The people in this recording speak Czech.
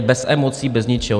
Bez emocí, bez ničeho.